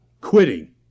quitting